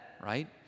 right